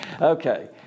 Okay